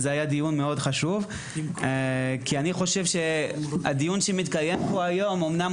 אני חושב שהדיון שמתקיים פה היום אמנם